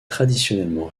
traditionnellement